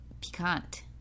Piquant